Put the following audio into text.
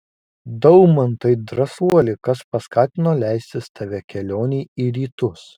daumantai drąsuoli kas paskatino leistis tave kelionei į rytus